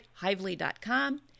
hively.com